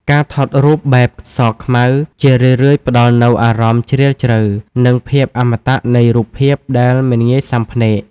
ការថតរូបបែបសខ្មៅ ជារឿយៗផ្ដល់នូវអារម្មណ៍ជ្រាលជ្រៅ និងភាពអមតៈនៃរូបភាពដែលមិនងាយស៊ាំភ្នែក។